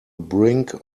brink